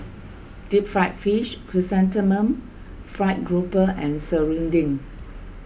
Deep Fried Fish Chrysanthemum Fried Grouper and Serunding